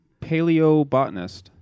paleobotanist